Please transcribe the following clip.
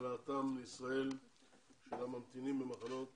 העלאתם לישראל של הממתינים במחנות